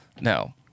No